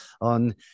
on